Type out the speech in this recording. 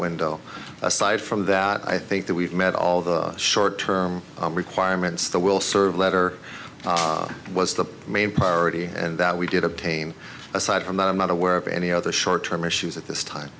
window aside from that i think that we've met all the short term requirements that will serve letter was the main priority and that we did obtain aside from that i'm not aware of any other short term issues at this time